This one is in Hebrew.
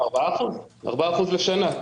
4% לשנה.